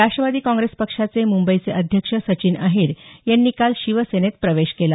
राष्ट्वादी Congress पक्षाचे मुंबईचे अध्यक्ष सचिन अहीर यांनी काल शिवसेनेत प्रवेश केला